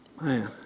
Man